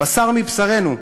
בשר מבשרנו,